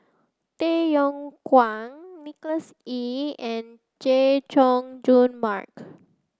Tay Yong Kwang Nicholas Ee and Chay Jung Jun Mark